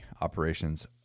operations